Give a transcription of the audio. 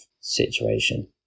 situation